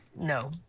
no